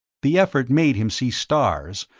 the effort made him see stars,